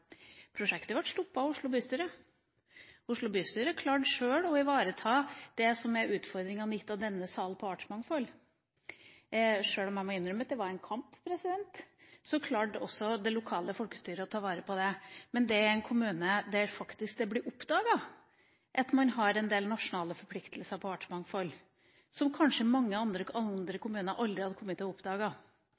Prosjektet ble stoppet av Oslo bystyre. Oslo bystyre klarte sjøl å ivareta utfordringene gitt av denne sal når det gjelder artsmangfold. Sjøl om jeg må innrømme at det var en kamp, klarte det lokale folkestyret å ta vare på det. Dette er en kommune der det ble oppdaget at man har en del nasjonale forpliktelser som gjelder artsmangfold, som mange andre kommuner kanskje aldri hadde